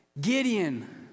Gideon